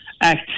Act